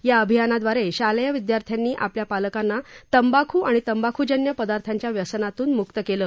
या अभियानाद्वारे शालेय विद्यार्थ्यांनी आपल्या पालकांना तंबाखू आणि तंबाखूजन्य पदार्थांच्या व्यसनातून मुक्त केलं